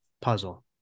puzzle